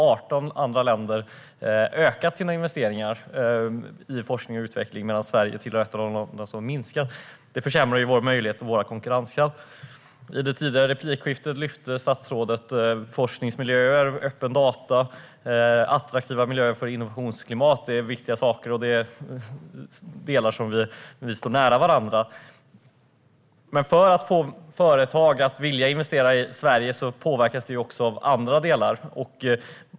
18 andra länder har ökat sina investeringar i forskning och utveckling, medan Sverige är ett av de länder som har minskat dem. Det försämrar våra möjligheter och vår konkurrenskraft. I det tidigare replikskiftet lyfte statsrådet upp forskningsmiljöer, öppna data, attraktiva miljöer och innovationsklimat. Det är viktiga saker. Det är delar där vi står nära varandra. Men företags vilja att investera i Sverige påverkas också av andra delar.